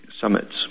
summits